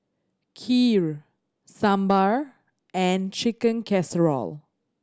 Kheer Sambar and Chicken Casserole